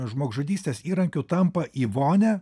žmogžudystės įrankiu tampa į vonią